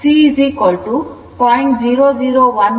C 0